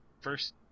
first